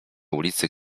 ulicy